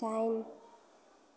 दाइन